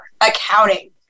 accounting